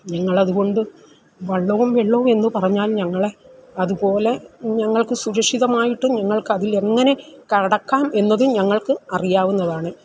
ഞങ്ങളത് കൊണ്ട് വള്ളവും വെള്ളവും എന്ന് പറഞ്ഞാൽ ഞങ്ങളെ അത്പോലെ ഞങ്ങൾക്ക് സുരക്ഷിതമായിട്ടും ഞങ്ങൾക്കതിൽ എങ്ങനെ കടക്കാം എന്നതും ഞങ്ങൾക്ക് അറിയാവുന്നതാണ്